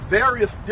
various